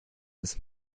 ist